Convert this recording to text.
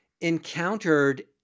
encountered